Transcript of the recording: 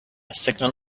signal